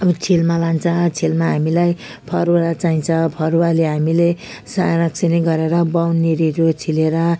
अब छिल्मा लान्छ छिल्मा हामीलाई फरुवा चाहिन्छ फरुवाले हामीले सनाक्सिनिक गरेर बाउन्डरीहरू छिलेर